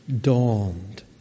dawned